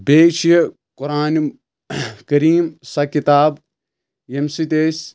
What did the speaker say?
بیٚیہِ چھِ قۄرانہِ کٔریٖم سۄ کِتاب ییٚمہِ سۭتۍ أسۍ